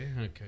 Okay